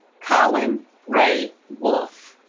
collin ray wolfe